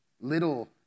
Little